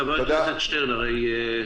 חבר הכנסת שטרן, אענה לך.